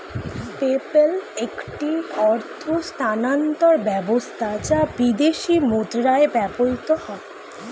PayPal একটি অর্থ স্থানান্তর ব্যবস্থা যা বিদেশী মুদ্রায় ব্যবহৃত হয়